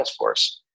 Salesforce